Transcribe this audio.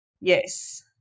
Yes